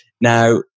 Now